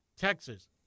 Texas